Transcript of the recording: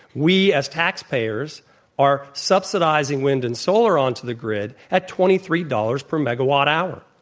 we as taxpayers are subsidizing wind and solar onto the grid at twenty three dollars per megawatt hour.